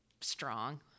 Strong